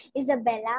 Isabella